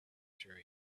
sure